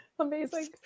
amazing